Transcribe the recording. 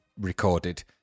recorded